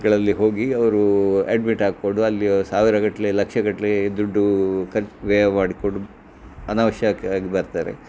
ಗಳಲ್ಲಿ ಹೋಗಿ ಅವರು ಎಡ್ಮಿಟ್ ಆಗ್ಕೊಂಡು ಅಲ್ಲಿ ಸಾವಿರಗಟ್ಟಲೆ ಲಕ್ಷಗಟ್ಟಲೆ ದುಡ್ಡು ಖರ್ಚು ವ್ಯಯ ಮಾಡಿಕೊಂಡು ಅನಾವಶ್ಯಕಾಗಿ ಬರ್ತಾರೆ